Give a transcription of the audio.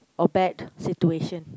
or bad situation